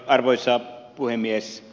arvoisa puhemies